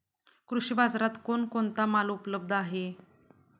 कृषी बाजारात कोण कोणता माल उपलब्ध आहे?